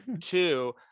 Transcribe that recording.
two